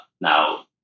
now